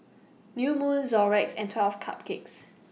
New Moon Xorex and twelve Cupcakes